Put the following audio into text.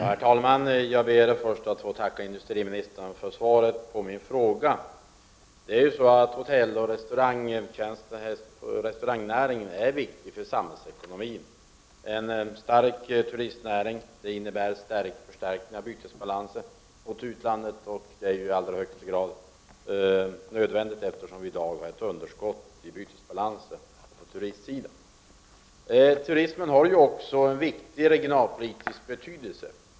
Herr talman! Jag ber först att få tacka industriministern för svaret på min fråga. Hotelloch restaurangnäringen är viktig för samhällsekonomin. En stark turistnäring innebär en förstärkning av bytesbalansen gentemot utlandet. Det är i allra högsta grad nödvändigt, eftersom vi i dag har ett underskott i bytesbalansen på turistsidan. Turismen har även en viktig regionalpolitisk betydelse.